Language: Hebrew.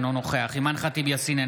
אינו נוכח אימאן ח'טיב יאסין,